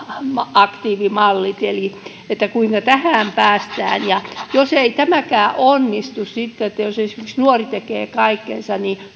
aktiivimallit niin kuinka tähän päästään jos ei tämäkään onnistu sitten että jos esimerkiksi nuori tekee kaikkensa niin